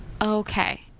Okay